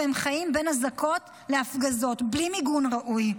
והם חיים בין אזעקות להפגזות בלי מיגון ראוי.